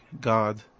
God